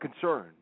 concern